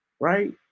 Right